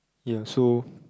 ya so